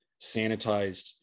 sanitized